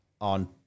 on